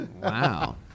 Wow